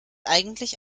eigentlich